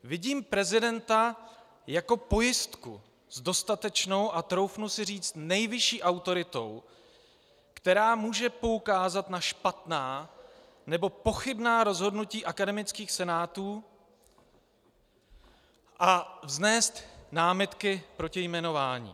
Vidím prezidenta jako pojistku s dostatečnou, a troufnu si říct nejvyšší autoritou, která může poukázat na špatná nebo pochybná rozhodnutí akademických senátů a vznést námitky proti jmenování.